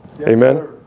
Amen